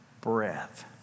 breath